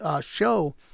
show